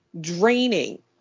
draining